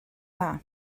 dda